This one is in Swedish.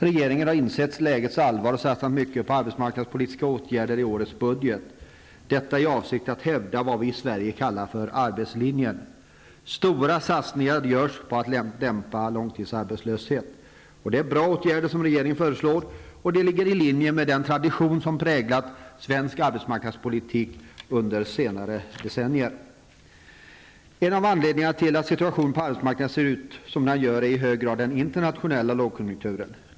Regeringen har insett lägets allvar och satsat mycket på arbetsmarknadspolitiska åtgärder i årets budget. Detta i avsikt att kunna hävda vad vi i Sverige kallar för arbetslinjen. Stora satsningar görs på att dämpa långtidsarbetslösheten. Det är bra åtgärder som regeringen föreslår och som ligger i linje med den tradition som har präglat svensk arbetsmarknadspolitik under senare decennier. En av anledningarna till att situationen på arbetsmarknaden ser ut som den gör är i hög grad den internationella lågkonjunkturen.